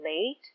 late